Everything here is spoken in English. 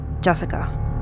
Jessica